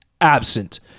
absent